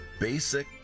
basic